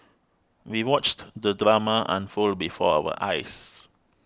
we watched the drama unfold before our eyes